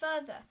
further